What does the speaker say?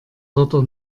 dotter